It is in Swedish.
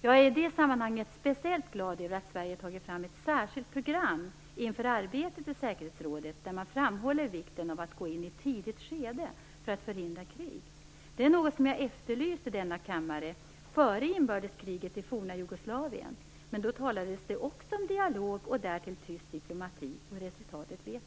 Jag är i det sammanhanget speciellt glad över att Sverige har tagit fram ett särskilt program inför arbetet i säkerhetsrådet, där man framhåller vikten av att gå in i ett tidigt skede för att förhindra krig. Det var någonting som jag efterlyste i denna kammare före inbördeskriget i forna Jugoslavien, men då talades det också om dialog och därtill tyst diplomati. Vi vet vilket resultatet blev.